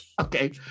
Okay